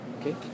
Okay